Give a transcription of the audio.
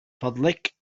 فضلك